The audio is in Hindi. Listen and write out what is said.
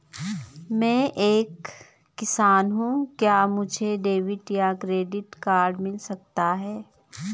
मैं एक किसान हूँ क्या मुझे डेबिट या क्रेडिट कार्ड मिल सकता है?